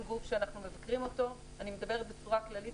גוף שאנחנו מבקרים אותו אני מדברת בצורה כללית,